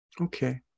Okay